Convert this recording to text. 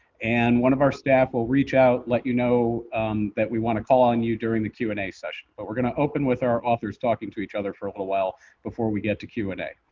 and one of our staff will reach out, let you know that we want to call on you during the q and a session. but we're going to open with our authors talking to each other for a little while before we get to q and a.